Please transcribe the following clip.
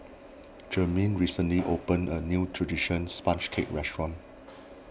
Jermain recently opened a new Traditional Sponge Cake restaurant